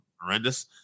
Horrendous